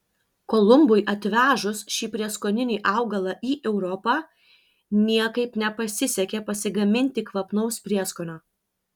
kolumbui atvežus šį prieskoninį augalą į europą niekaip nepasisekė pasigaminti kvapnaus prieskonio